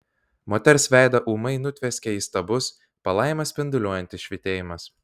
moters veidą ūmai nutvieskė įstabus palaimą spinduliuojantis švytėjimas